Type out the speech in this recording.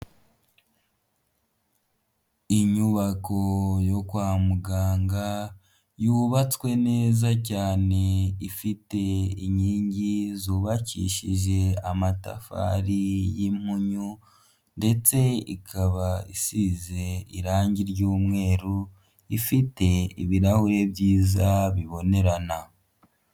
Inyubako yo kwa muganga yubatswe neza cyane ifite inkingi zubakishije amatafari y'impunyu ndetse ikaba isize irangi ry'umweru, ifite ibirahure byiza bibonerana.